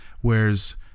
Whereas